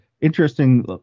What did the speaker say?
interesting